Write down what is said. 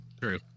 true